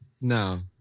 no